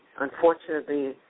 Unfortunately